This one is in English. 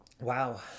Wow